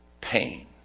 pain